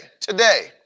today